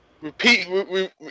Repeat